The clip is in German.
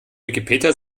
wikipedia